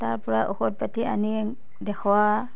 তাৰপৰা ঔষধ পাতি আনি দেখোৱা